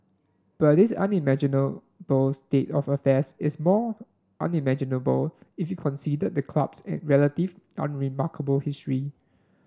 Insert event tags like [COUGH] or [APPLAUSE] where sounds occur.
but this unimaginable [UNINTELLIGIBLE] state of affairs is more unimaginable if you considered the club's [HESITATION] relative unremarkable history